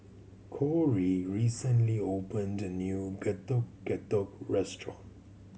Kory recently opened a new Getuk Getuk restaurant